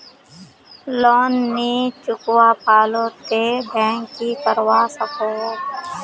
Loan नी चुकवा पालो ते बैंक की करवा सकोहो?